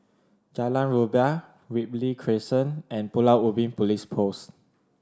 Jalan Rumbia Ripley Crescent and Pulau Ubin Police Post